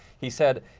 he said,